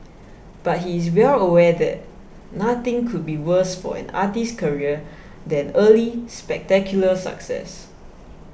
but he is well aware that nothing could be worse for an artist's career than early spectacular success